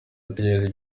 utekereza